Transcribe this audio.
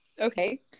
Okay